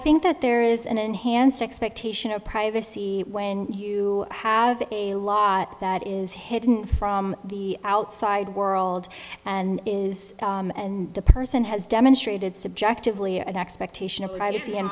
think that there is an enhanced expectation of privacy when you have a law that is hidden from the outside world and is the person has demonstrated subjectively an expectation of privacy